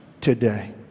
today